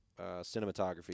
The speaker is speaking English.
cinematography